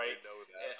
Right